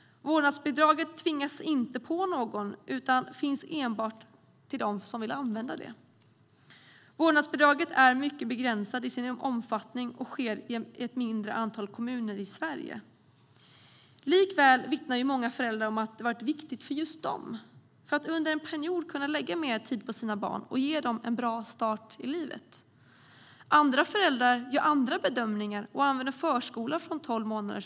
Vårdnadsbidraget tvingas inte på någon utan finns enbart för dem som vill använda det. Vårdnadsbidraget är mycket begränsat i sin omfattning, och finns i ett mindre antal kommuner i Sverige. Likväl vittnar många föräldrar om att det har varit viktigt för just dem, för att de under en period ska kunna lägga mer tid på sina barn och ge dem en bra start i livet. Andra föräldrar gör andra bedömningar och använder förskolan från att barnen är tolv månader.